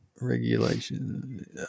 regulation